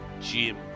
Jim